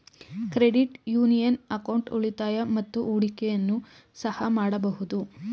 credit union account ಉಳಿತಾಯ ಮತ್ತು ಹೂಡಿಕೆಯನ್ನು ಸಹ ಮಾಡಬಹುದು